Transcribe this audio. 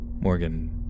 Morgan